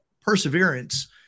perseverance